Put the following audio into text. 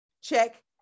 Check